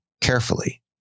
carefully